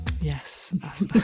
Yes